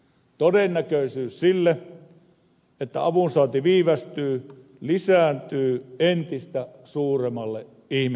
todennäköisyys sille että avunsaanti viivästyy lisääntyy entistä suuremmalle ihmisjoukolle